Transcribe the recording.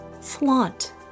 Flaunt